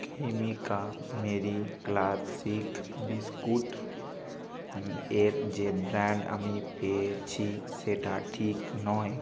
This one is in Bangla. ক্রিমিকা মেরি ক্লাসিক বিস্কুট এর যে ব্র্যান্ড আমি পেয়েছি সেটা ঠিক নয়